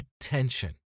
attention